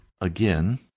Again